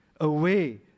away